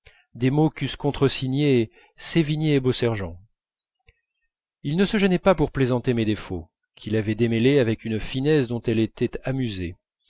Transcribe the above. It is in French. des mots qu'eussent contresignés sevigné et beausergent il ne se gênait pas pour plaisanter mes défauts qu'il avait démêlés avec une finesse dont elle était amusée